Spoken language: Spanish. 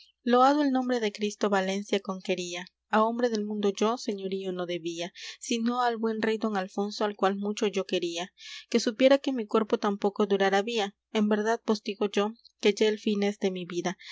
loado el nombre de cristo á valencia conquería á hombre del mundo yo señorío no debía sino al buen rey don alfonso al cual mucho yo quería que supiera que mi cuerpo tan poco durar había en verdad vos digo yo que ya el fin es de mi vida